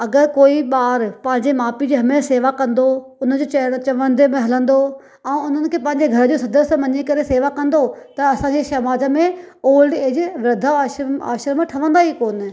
अगरि कोई ॿार पंहिंजे माउ पीउ जी हमेशह शेवा कंदो हुनजे चइण चवंदे में हलंदो ऐं उन्हनि खें पंहिंजे घरु जो सदस्य मञी करे शेवा कंदो त असांजे समाज में ओल्ड एज वृद्ध आश्रम ठवंदा ई कोन्ह